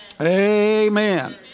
Amen